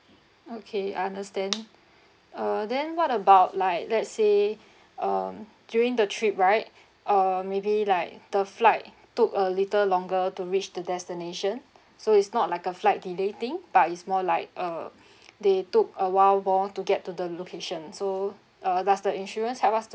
okay understand uh then what about like let's say um during the trip right uh maybe like the flight took a little longer to reach the destination so it's not like a flight delay thing but is more like uh they took awhile more to get to the location so uh does the insurance help us